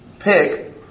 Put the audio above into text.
pick